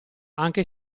anche